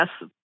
Yes